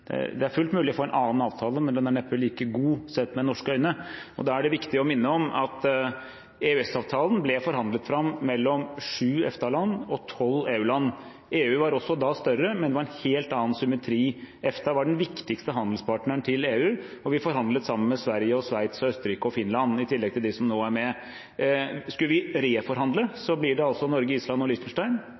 Det er fullt mulig å få en annen avtale, men den er neppe like god, sett med norske øyne. Det er viktig å minne om at EØS-avtalen ble forhandlet fram mellom sju EFTA-land og tolv EU-land. EU var også da større, men det var en helt annen symmetri. EFTA var den viktigste handelspartneren til EU, og vi forhandlet sammen med Sverige, Sveits, Østerrike og Finland, i tillegg til dem som nå er med. Hvis vi skulle reforhandle, blir det altså Norge, Island og Liechtenstein